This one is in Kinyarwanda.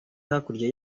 hakurya